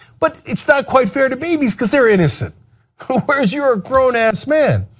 but it's not quite fair to babies, because they are innocent whereas you are a grown ass man.